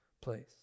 place